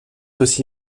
aussi